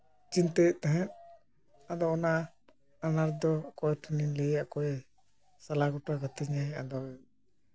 ᱪᱤᱱᱛᱟᱹᱭᱮᱫ ᱛᱟᱦᱮᱸᱫ ᱟᱫᱚ ᱚᱱᱟ ᱫᱚ ᱚᱠᱚᱭ ᱴᱷᱮᱱᱤᱧ ᱞᱟᱹᱭᱟ ᱚᱠᱚᱭ ᱴᱷᱮᱱ ᱥᱟᱞᱟ ᱜᱚᱴᱟ ᱠᱟᱛᱤᱧᱟᱭ ᱟᱫᱚ